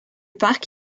parc